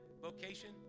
vocation